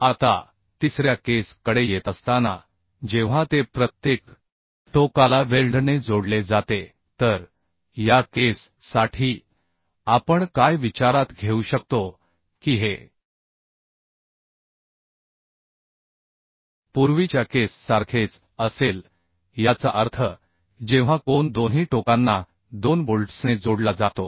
आता तिसऱ्या केस कडे येत असताना जेव्हा ते प्रत्येक टोकाला वेल्डने जोडले जाते तर या केस साठी आपण काय विचारात घेऊ शकतो की हे पूर्वीच्या केस सारखेच असेल याचा अर्थ जेव्हा कोन दोन्ही टोकांना दोन बोल्ट्सने जोडला जातो